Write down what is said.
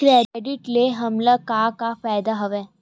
Credit ले हमन का का फ़ायदा हवय?